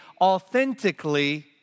authentically